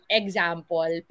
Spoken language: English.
example